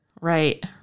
Right